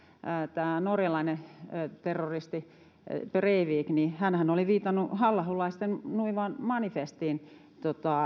tämä norjalainen terroristi breivik oli viitannut halla aholaisten nuivaan manifestiin